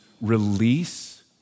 release